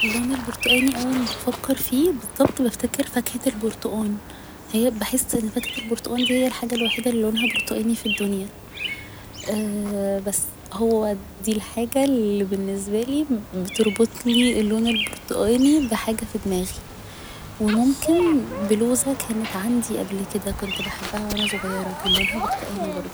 اللون البرتقاني اول ما بفكر فيه بالظبط بفتكر فاكهة البرتقان هي بحس ان فاكهة البرتقان دي هي الحاجة الوحيدة اللي لونها برتقاني في الدنيا بس هو دي الحاجة اللي بالنسبالي بتربطلي اللون البرتقاني بحاجة في دماغي و ممكن بلوزة كانت عندي قبل كده كنت بحبها وانا صغيرة كان لونها برتقاني برضه